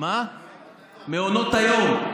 למעונות היום,